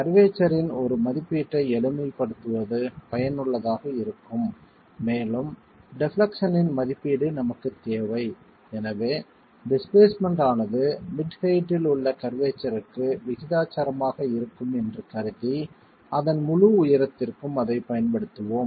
கர்வேச்சர்ரின் ஒரு மதிப்பீட்டை எளிமைப்படுத்துவது பயனுள்ளதாக இருக்கும் மேலும் டெப்லெக்சன்னின் மதிப்பீடு நமக்குத் தேவை எனவே டிஸ்பிளேஸ்மென்ட் ஆனது மிட் ஹெயிட்டில் உள்ள கர்வேச்சர்க்கு விகிதாசாரமாக இருக்கும் என்று கருதி அதன் முழு உயரத்திற்கும் அதைப் பயன்படுத்துவோம்